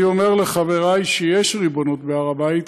אני אומר לחברי שיש ריבונות בהר הבית,